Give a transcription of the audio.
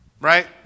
right